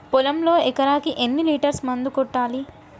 పొలంలో ఎకరాకి ఎన్ని లీటర్స్ మందు కొట్టాలి?